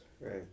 Right